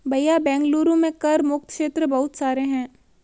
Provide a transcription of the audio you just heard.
भैया बेंगलुरु में कर मुक्त क्षेत्र बहुत सारे हैं